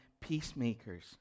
peacemakers